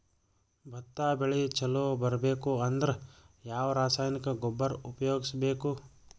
ಭತ್ತ ಬೆಳಿ ಚಲೋ ಬರಬೇಕು ಅಂದ್ರ ಯಾವ ರಾಸಾಯನಿಕ ಗೊಬ್ಬರ ಉಪಯೋಗಿಸ ಬೇಕು?